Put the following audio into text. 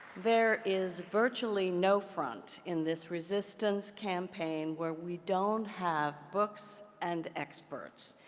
there is virtually no front in this resistance campaign where we don't have books and experts,